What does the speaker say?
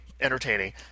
entertaining